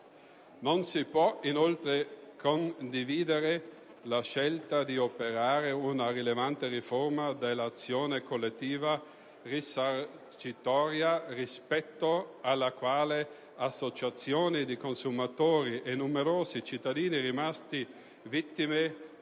Non si può inoltre condividere la scelta di operare una rilevante riforma dell'azione collettiva risarcitoria rispetto alla quale associazioni di consumatori e numerosi cittadini rimasti vittime